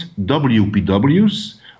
WPWs